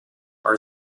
are